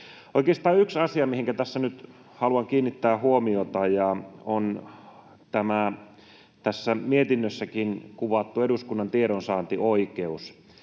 Oikeastaan yksi asia, mihinkä tässä nyt haluan kiinnittää huomiota, on tämä tässä mietinnössäkin kuvattu eduskunnan tiedonsaantioikeus